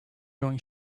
going